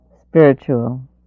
spiritual